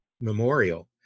memorial